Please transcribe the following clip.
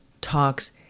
talks